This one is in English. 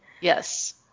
Yes